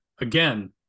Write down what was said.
Again